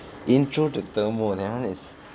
intro to thermo that [one] is